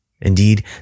Indeed